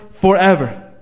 forever